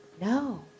No